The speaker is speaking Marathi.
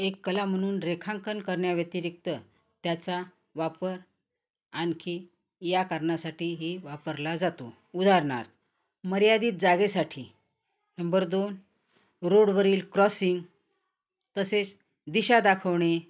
एक कला म्हणून रेखांकन करण्याव्यतिरिक्त त्याचा वापर आणखी या कारणासाठीही वापरला जातो उदाहरणार्थ मर्यादित जागेसाठी नंबर दोन रोडवरील क्रॉसिंग तसेच दिशा दाखवणे